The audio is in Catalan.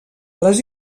les